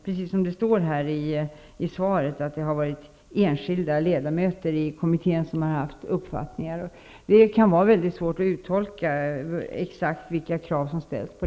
Precis som det står i svaret har det delvis varit enskilda ledamöter i kommittén som har framfört sina uppfattningar. Det kan vara svårt att uttolka vilka krav som ställs.